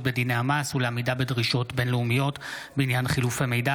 בדיני המס ולעמידה בדרישות בין לאומיות בעניין חילופי מידע),